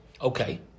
Okay